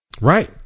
Right